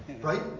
Right